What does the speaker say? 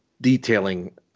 detailing